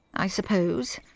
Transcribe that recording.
i suppose.